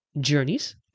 journeys